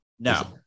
No